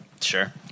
Sure